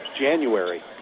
January